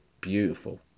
beautiful